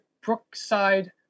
Brookside